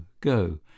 go